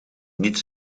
niet